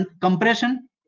compression